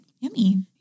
Yummy